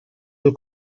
del